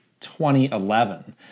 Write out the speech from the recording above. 2011